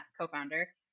co-founder